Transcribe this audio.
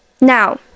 Now